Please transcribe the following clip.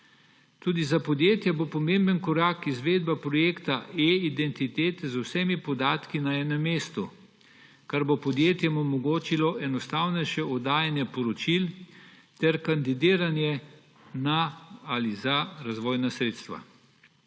Tudi za podjetja bo pomemben korak izvedba projekta e-identitete z vsemi podatki na enem mestu, kar bo podjetjem omogočilo enostavnejše oddajanje poročil ter kandidiranje na ali za razvojna sredstva.